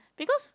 because